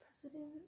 president